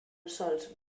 sols